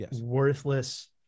worthless